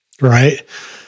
right